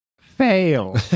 Fail